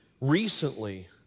recently